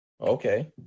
Okay